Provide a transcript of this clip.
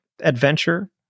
Adventure